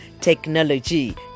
Technology